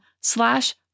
slash